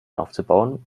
aufzubauen